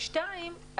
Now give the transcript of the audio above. ושתיים,